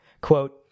quote